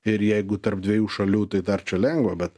ir jeigu tarp dviejų šalių tai dar čia lengva bet